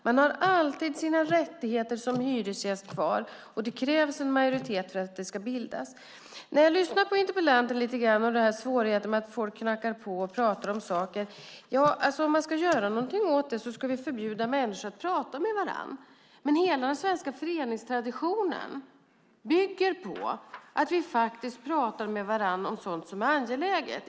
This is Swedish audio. Man har alltid sina rättigheter som hyresgäst kvar, och det krävs en majoritet för att det här ska bildas. Jag lyssnade på interpellanten som talade lite grann om svårigheten med att folk knackar på och pratar om saker. Ja, om man ska göra någonting åt det ska man förbjuda människor att prata med varandra. Men hela den svenska föreningstraditionen bygger på att vi faktiskt pratar med varandra om sådant som är angeläget.